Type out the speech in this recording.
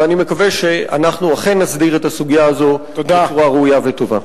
ואני מקווה שאנחנו אכן נסדיר את הסוגיה הזו בצורה ראויה וטובה.